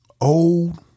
old